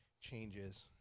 changes